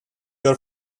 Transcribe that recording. your